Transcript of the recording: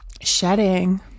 shedding